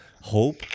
hope